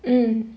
mm